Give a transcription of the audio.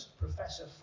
Professor